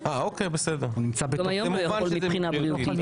הוא נמצא --- מובן שזה בריאותי.